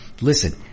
Listen